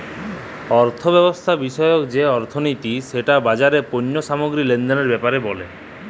অথ্থব্যবস্থা বিষয়ক যে অথ্থলিতি সেট বাজারে পল্য সামগ্গিরি লেলদেলের ব্যাপারে ব্যলে